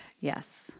yes